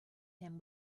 him